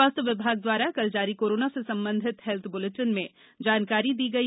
स्वास्थ्य विभाग द्वारा कल जारी कोरोना से संबंधित हेल्थ बुलेटिन में दी गई